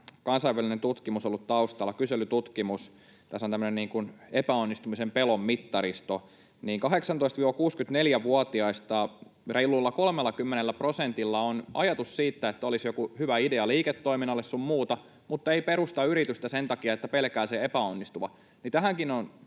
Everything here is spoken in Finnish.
kansainvälinen tutkimus ollut taustalla, kyselytutkimus, tässä on tämmöinen epäonnistumisen pelon mittaristo. 18—64-vuotiaista reilulla 30 prosentilla on ajatus siitä, että olisi joku hyvä idea liiketoiminnalle sun muuta, mutta ei perusta yritystä sen takia, että pelkää sen epäonnistuvan.